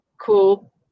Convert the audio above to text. cool